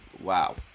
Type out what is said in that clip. wow